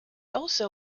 also